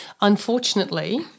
Unfortunately